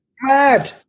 mad